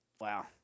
Wow